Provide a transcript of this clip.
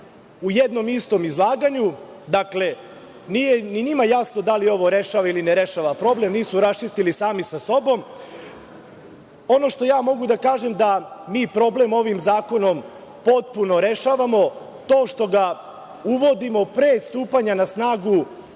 u jednom istom izlaganju. Nije ni njima jasno da li ovo rešava ili ne rešava problem, nisu raščistili sami sa sobom. Ono što ja mogu da kažem je da mi problem ovim zakonom potpuno rešavamo time što ga uvodimo pre stupanja na snagu